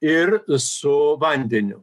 ir su vandeniu